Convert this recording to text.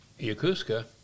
Yakuska